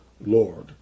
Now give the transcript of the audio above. Lord